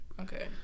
Okay